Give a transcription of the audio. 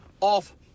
off